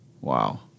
Wow